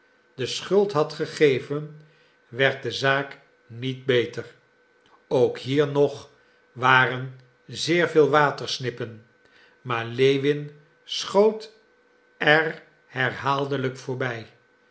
de schuld had gegeven werd de zaak niet beter ook hier nog waren zeer veel watersnippen maar lewin schoot er herhaaldelijk voorbij